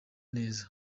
neza